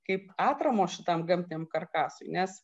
kaip atramos šitam gamtiniam karkasui nes